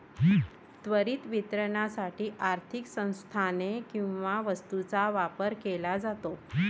त्वरित वितरणासाठी आर्थिक संसाधने किंवा वस्तूंचा व्यापार केला जातो